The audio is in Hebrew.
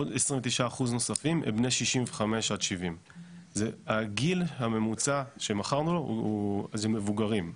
עוד 29% נוספים הם בני 65-70. הגיל הממוצע שמכרנו לו הם מבוגרים.